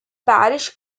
parish